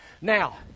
Now